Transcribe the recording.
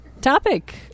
topic